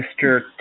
Mr